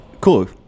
Cool